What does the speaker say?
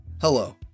Hello